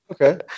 Okay